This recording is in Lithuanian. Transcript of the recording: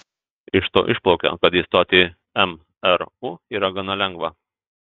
iš to išplaukia kad įstoti į mru yra gana lengva